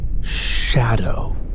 shadow